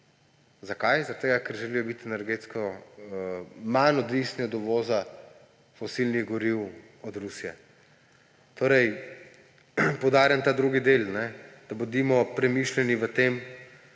Zakaj? Ker želijo biti energetsko manj odvisni od uvoza fosilnih goriv iz Rusije. Poudarjam ta drugi del – bodimo premišljeni v tem,